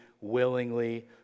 willingly